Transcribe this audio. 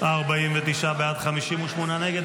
49 בעד, 58 נגד.